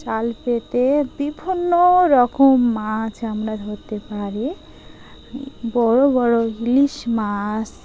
জাল পেতে বিভিন্ন রকম মাছ আমরা ধরতে পারি বড়ো বড়ো ইলিশ মাছ